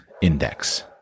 index